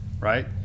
right